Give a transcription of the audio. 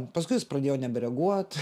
paskui jis pradėjo nebereaguot